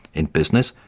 in business,